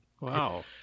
Wow